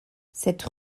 cette